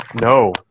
no